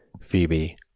Phoebe